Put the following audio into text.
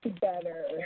better